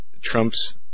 Trump's